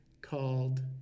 called